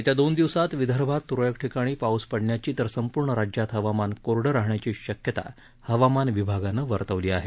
येत्या दोन दिवसात विदर्भात त्रळक ठिकाणी पाऊस पडण्याची तर संपूर्ण राज्यात हवामान कोरडं राहण्याची शक्यता हवामान विभागानं वर्तवली आहे